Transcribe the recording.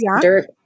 dirt